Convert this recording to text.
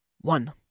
one